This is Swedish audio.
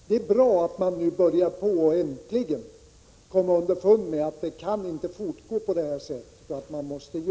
Det är bra att man nu äntligen börjar komma underfund med att det inte kan fortgå som hittills.